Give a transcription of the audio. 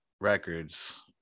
Records